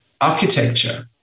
architecture